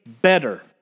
better